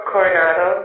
Coronado